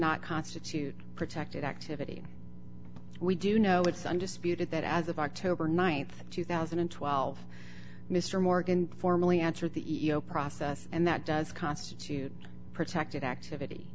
not constitute protected activity we do know it's undisputed that as of october th two thousand and twelve mr morgan formally answered the e o process and that does constitute protected activity